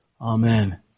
Amen